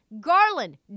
Garland